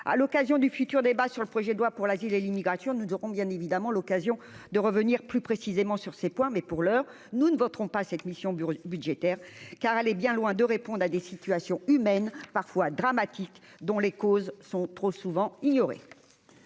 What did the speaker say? à l'occasion du futur débat sur le projet de loi pour l'asile et l'immigration, nous aurons bien évidemment l'occasion de revenir plus précisément sur ces points, mais pour l'heure, nous ne voterons pas cette mission Bureau budgétaire car elle est bien loin de répondre à des situations humaines parfois dramatiques dont les causes sont trop souvent ignorés.